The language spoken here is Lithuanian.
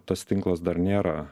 tas tinklas dar nėra